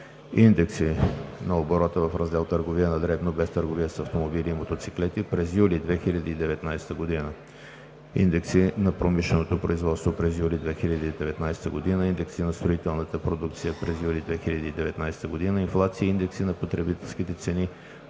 индекси на оборота в Раздел „Търговия на дребно, без търговия с автомобили и мотоциклети“ през месец юли 2019 г.; индекси на промишленото производство през месец юли 2019 г.; индекси на строителната продукция през месец юли 2019 г.; инфлация и индекси на потребителските цени